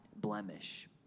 blemish